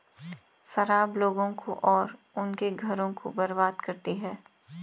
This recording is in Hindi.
शराब लोगों को और उनके घरों को बर्बाद करती है